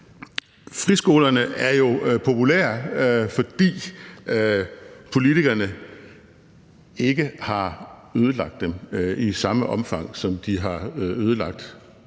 Friskolerne er jo populære, fordi politikerne ikke har ødelagt dem i samme omfang, som de har ødelagt